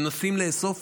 מנסים לאסוף,